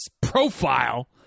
profile